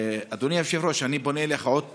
אדוני היושב-ראש, אני פונה אליך עוד פעם: